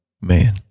man